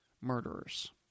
murderers